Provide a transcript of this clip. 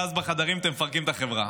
ואז בחדרים אתם מפרקים את החברה.